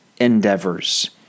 endeavors